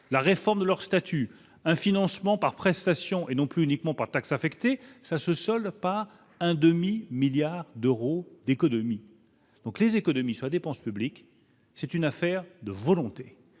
la réforme de leur statut, un financement par prestation et non plus uniquement par taxe affectée ça se solde par un demi-milliard d'euros d'économies donc les économies sur la dépense publique, c'est une affaire de volonté